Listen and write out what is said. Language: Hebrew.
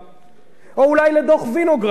שקבע ש"הממשלה" ציטוט,